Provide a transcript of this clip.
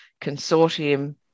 consortium